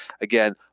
Again